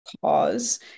cause